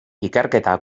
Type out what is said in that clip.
ikerketa